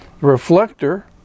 reflector